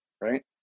right